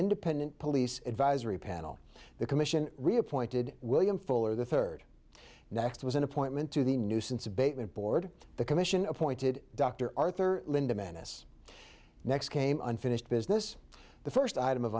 independent police advisory panel the commission reappointed william fuller the third next was an appointment to the nuisance abatement board the commission appointed dr arthur linda mannus next came unfinished business the first item of